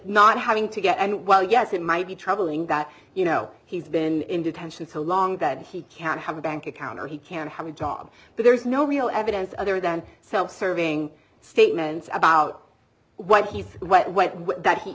not having to get and while yes it might be troubling that you know he's been in detention so long that he can have a bank account or he can have a job but there's no real evidence other than self serving statements about what he's what he